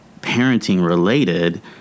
parenting-related